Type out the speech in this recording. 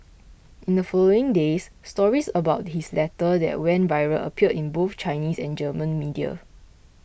in the following days stories about his letter that went viral appeared in both Chinese and German media